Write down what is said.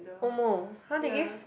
omo !huh! they give